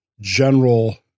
general